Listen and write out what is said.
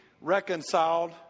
reconciled